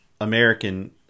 American